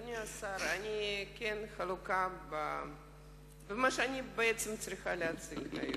אני חלוקה במה שאני בעצם צריכה להציג היום.